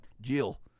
Jill